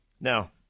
now